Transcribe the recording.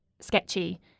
sketchy